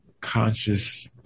conscious